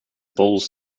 balls